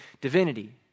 divinity